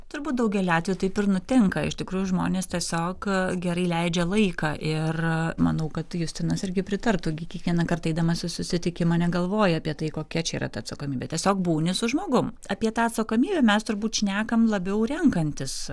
turbūt daugelį atvejų taip ir nutinka iš tikrųjų žmonės tiesiog gerai leidžia laiką ir manau kad justinas irgi pritartų gi kiekvieną kartą eidamas į susitikimą negalvoja apie tai kokia čia yra ta atsakomybė tiesiog būni su žmogum apie tą atsakomybę mes turbūt šnekam labiau renkantis